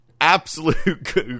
Absolute